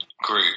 Group